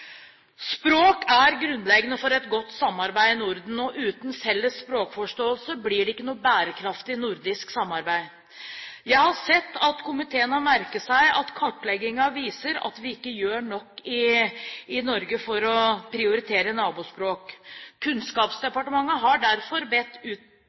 Språk er grunnleggende for et godt samarbeid i Norden. Uten felles språkforståelse blir det ikke noe bærekraftig nordisk samarbeid. Jeg har sett at komiteen har merket seg at kartleggingen viser at vi ikke gjør nok i Norge for å prioritere nabospråk.